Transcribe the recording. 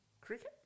cricket